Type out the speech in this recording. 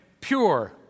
pure